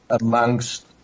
amongst